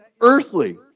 earthly